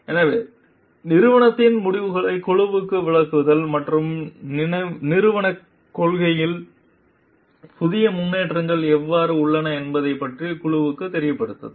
எனவே நிறுவனத்தின் முடிவுகளை குழுவுக்கு விளக்குதல் மற்றும் நிறுவனக் கொள்கையில் புதிய முன்னேற்றங்கள் எவ்வாறு உள்ளன என்பதைப் பற்றி குழுவுக்குத் தெரியப்படுத்துதல்